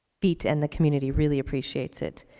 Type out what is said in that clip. feat, and the community really appreciates it.